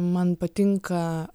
man patinka